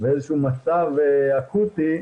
ואיזה שהוא מצב אקוטי,